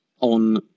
on